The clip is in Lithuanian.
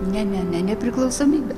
ne ne ne nepriklausomybė